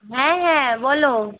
হ্যাঁ হ্যাঁ বলো